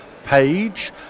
page